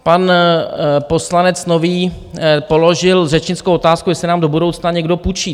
Pan poslanec Nový položil řečnickou otázku, jestli nám do budoucna někdo půjčí?